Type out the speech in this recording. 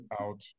out